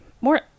more